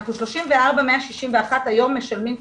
אנחנו 34,161 היום משלמים קצבאות.